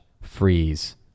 freeze